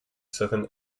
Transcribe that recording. southern